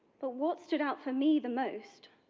but what stood out for me the most,